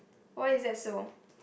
why is that so